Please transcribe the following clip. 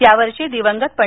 यावर्षी दिवंगत पं